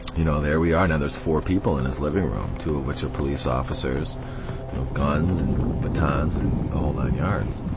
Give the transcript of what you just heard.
you know there we are, now there's four people in his living room, two of which are police officers with guns and batons and the whole nine yards.